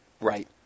right